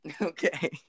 Okay